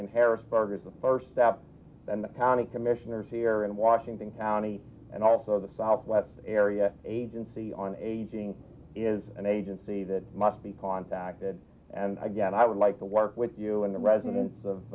in harrisburg is the first step and the panic commissioners here in washington county and also the southwest area agency on aging is an agency that must be contacted and again i would like to work with you and the residents of